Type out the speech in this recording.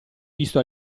visto